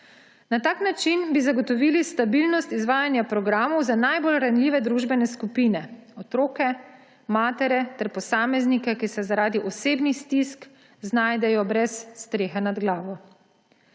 Na tak način bi zagotovili stabilnost izvajanja programov za najbolj ranljive družbene skupine: otroke, matere ter posameznike, ki se zaradi osebnih stisk znajdejo brez strehe nad glavo.